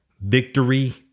Victory